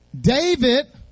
David